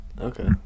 Okay